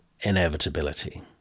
inevitability